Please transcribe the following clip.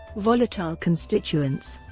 volatile constituents